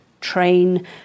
train